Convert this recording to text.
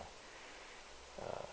err